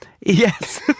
Yes